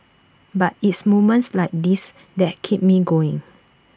but it's moments like this that keep me going